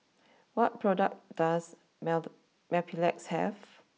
what products does mild Mepilex have